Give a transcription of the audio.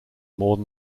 more